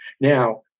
Now